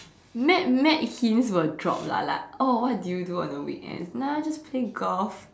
mad mad hints will drop lah like oh what did you do on the weekends nah just play golf